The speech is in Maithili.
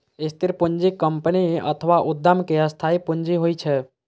स्थिर पूंजी कंपनी अथवा उद्यम के स्थायी पूंजी होइ छै